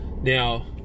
Now